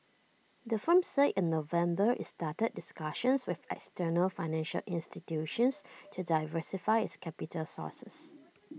the firm said in November it's started discussions with external financial institutions to diversify its capital sources